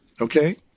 okay